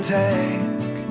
take